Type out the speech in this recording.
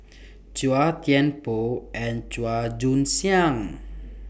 Chua Thian Poh and Chua Joon Siang